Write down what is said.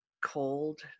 cold